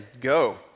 go